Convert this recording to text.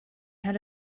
had